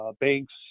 banks